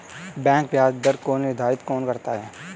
Bank ब्याज दर को निर्धारित कौन करता है?